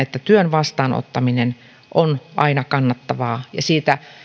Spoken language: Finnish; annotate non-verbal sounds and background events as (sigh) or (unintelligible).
(unintelligible) että työn vastaanottaminen on aina kannattavaa ja siitä